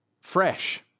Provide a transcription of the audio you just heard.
fresh